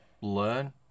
learn